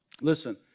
Listen